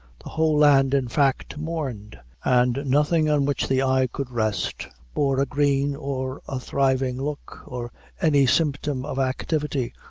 the whole land, in fact, mourned, and nothing on which the eye could rest, bore a green or a thriving look, or any symptom of activity,